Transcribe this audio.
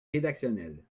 rédactionnel